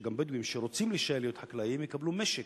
שגם בדואים שרוצים להישאר חקלאים יקבלו משק,